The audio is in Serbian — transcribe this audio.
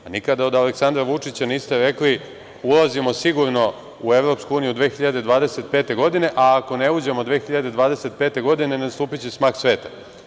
Nikada od Aleksandra Vučića niste čuli - ulazimo sigurno u EU 2025. godine, a ako ne uđemo 2025. godine, nastupiće smak sveta.